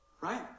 right